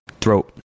throat